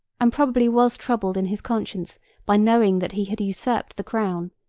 and probably was troubled in his conscience by knowing that he had usurped the crown,